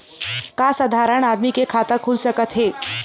का साधारण आदमी के खाता खुल सकत हे?